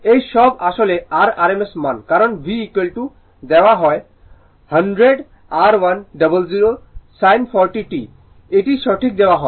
এই সব আসলে r rms মান কারণ V দেওয়া 100 00 R100 sin 40 t এটি সঠিক দেওয়া হয়